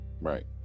Right